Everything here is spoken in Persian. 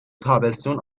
تابستون